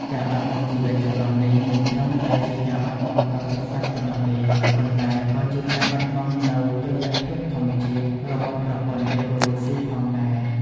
ការបាត់បង់ជីវៈចម្រុះនេះមិនត្រឹមតែជាការបាត់បង់ប្រភេទសត្វប៉ុណ្ណោះទេ ប៉ុន្តែក៏ជាការបាត់បង់នូវ តុល្យភាពធម្មជាតិ របស់ប្រព័ន្ធអេកូឡូស៊ីផងដែរ។